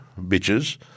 bitches